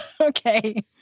Okay